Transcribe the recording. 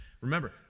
Remember